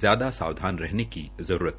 ज्यादा सावधान रहने की जरूरत हैं